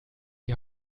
die